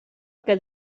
que